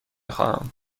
خواهم